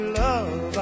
love